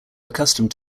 accustomed